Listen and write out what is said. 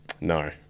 No